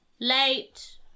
Late